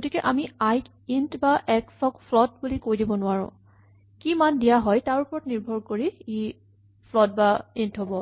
গতিকে আমি আই ক ইন্ট বা এক্স ক ফ্লট বুলি কৈ দিব নোৱাৰো কি মান দিয়া হয় তাৰ ওপৰত ই নিৰ্ভৰ কৰিব